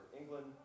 England